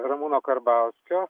ramūno karbauskio